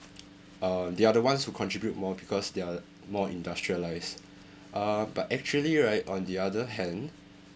uh they are the ones who contribute more because they are more industrialised uh but actually right on the other hand